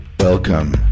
Welcome